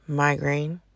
migraine